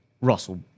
Russell